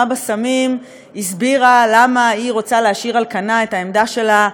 בסמים הסבירה למה היא רוצה להשאיר על כנה את העמדה שלה,